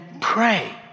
pray